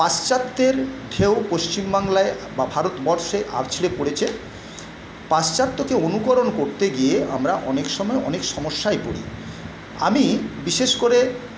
পাশ্চাত্যের ঢেউ পশ্চিমবাংলায় বা ভারতবর্ষে আছড়ে পড়েছে পাশ্চাত্যকে অনুকরণ করতে গিয়ে আমরা অনেক সময় অনেক সমস্যায় পড়ি আমি বিশেষ করে